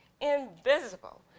invisible